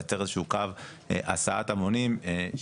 לייצר איזה שהוא קו הסעת המונים שיחבר,